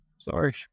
Sorry